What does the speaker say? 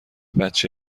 بچه